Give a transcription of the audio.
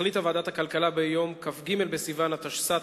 החליטה ועדת הכלכלה ביום כ"ג בסיוון התשס"ט,